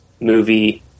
movie